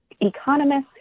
economists